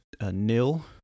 nil